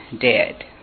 Dead